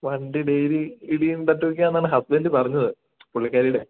വണ്ടി ഡെയിലി ഇടിയും തട്ടുമൊക്കെയാന്നാണ് ഹസ്ബൻഡ് പറഞ്ഞത് പുള്ളിക്കാരിയുടെ